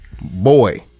boy